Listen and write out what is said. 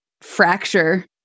fracture